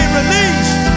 released